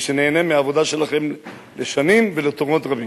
ושניהנה מהעבודה שלכם לשנים ולדורות רבים.